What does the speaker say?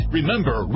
Remember